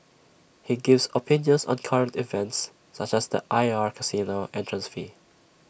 he gives opinions on current events such as the I R casino entrance fee